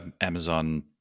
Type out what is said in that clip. amazon